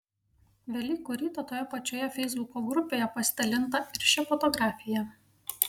velykų rytą toje pačioje feisbuko grupėje pasidalinta ir šia fotografija